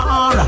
on